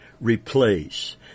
replace